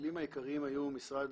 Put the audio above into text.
המובילים העיקריים היום, המשרד